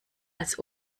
als